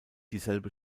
dieselbe